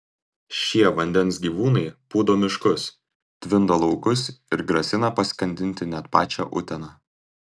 šie vandens gyvūnai pūdo miškus tvindo laukus ir grasina paskandinti net pačią uteną